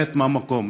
להימלט מהמקום.